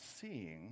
seeing